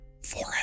forever